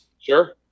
sure